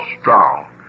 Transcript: strong